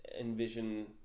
envision